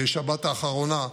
בשבת האחרונה,